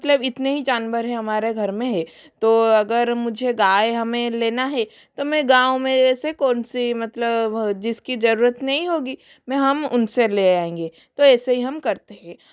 मतलब इतने ही जानवर है हमारे घर में है तो अगर मुझे गाय हमें लेना है तो मैं गाँव में ऐसे कौन सी मतलब जिसकी जरूरत नहीं होगी मैं हम उनसे ले आएंगे तो ऐसे ही हम करते है